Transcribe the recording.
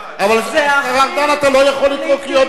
אבל, השר ארדן, אתה לא יכול לקרוא קריאות ביניים.